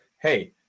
hey